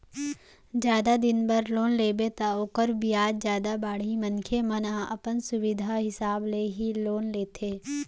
जादा दिन बर लोन लेबे त ओखर बियाज जादा बाड़ही मनखे मन ह अपन सुबिधा हिसाब ले ही लोन लेथे